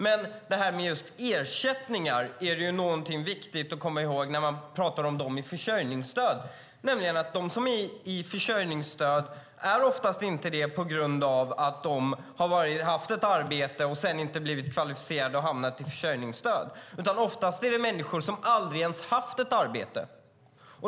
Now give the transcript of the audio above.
När det gäller ersättningar är det någonting som är viktigt att komma ihåg när man pratar om dem som är i försörjningsstöd, nämligen att de oftast inte är det på grund av att de haft ett arbete och sedan inte blivit kvalificerade och hamnat i försörjningsstöd. Oftast är det människor som aldrig ens har haft ett arbete.